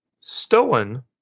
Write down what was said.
stolen